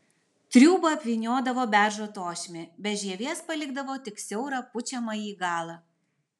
triūbą apvyniodavo beržo tošimi be žievės palikdavo tik siaurą pučiamąjį galą